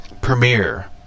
premiere